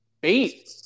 beat